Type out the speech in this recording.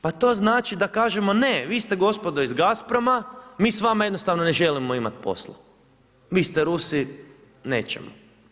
Pa to znači da kažemo ne, vi ste gospodo iz Gazproma, mi s vama jednostavno ne želimo imati posla, vi ste Rusi, nećemo.